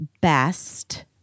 BEST